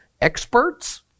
experts